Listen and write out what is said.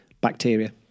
bacteria